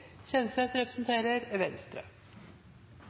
Kjenseth fra Venstre